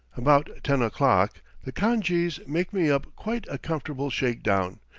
about ten o'clock the khan-jees make me up quite a comfortable shake-down,